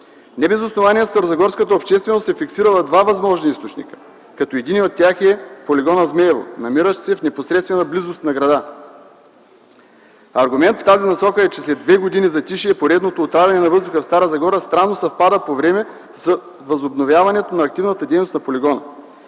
Не без основание старозагорската общественост се фиксира в два възможни източника, като единият от тях е полигонът „Змейово”, намиращ се в непосредствена близост до града. Аргументът в тази насока е, че след две години затишие поредното отравяне на въздуха в Стара Загора странно съвпада по време с възобновяването на активната дейност на полигона.